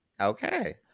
Okay